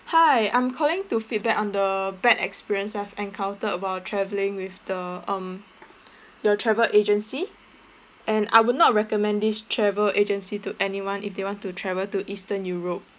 hi I'm calling to feedback on the bad experience I have encountered about travelling with the um your travel agency and I would not recommend this travel agency to anyone if they want to travel to eastern europe